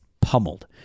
pummeled